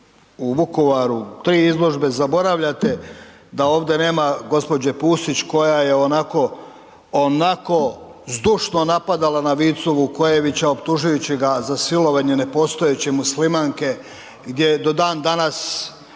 u Vukovaru, tri izložbe, zaboravljate da ovdje nema gđa. Pusić koja je onako zdušno napadala na Vicu Vukojevića optužujući ga za silovanje nepostojeće muslimanke gdje do danas